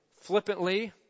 flippantly